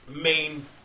main